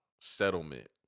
settlement